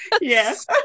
Yes